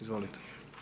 Izvolite.